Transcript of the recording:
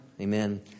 Amen